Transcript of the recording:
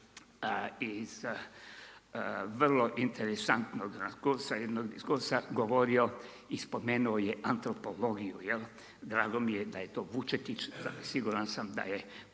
iz vrlo interesantnog jednog diskursa govorio i spomenuo je antropologiju. Drago mi je da je to Vučetić, siguran sam da je